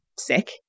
sick